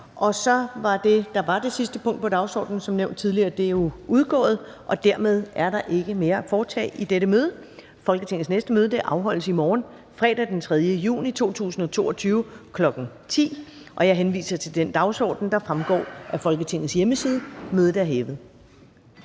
fra formanden Første næstformand (Karen Ellemann): Dermed er der ikke mere at foretage i dette møde. Folketingets næste møde afholdes i morgen, fredag den 3. juni 2022, kl. 10.00. Jeg henviser til den dagsorden, der fremgår af Folketingets hjemmeside. Mødet er hævet.